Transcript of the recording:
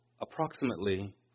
approximately